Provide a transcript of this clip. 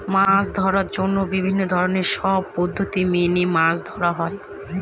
মাছ ধরার জন্য বিভিন্ন ধরনের সব পদ্ধতি মেনে মাছ ধরা হয়